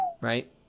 Right